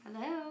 Hello